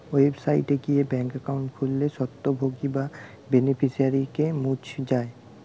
website গিয়ে bank account খুললে স্বত্বভোগী বা বেনিফিশিয়ারিকে মুছ যায়